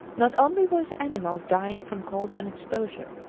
not only were the animals dying from cold and exposure,